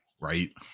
Right